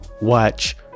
watch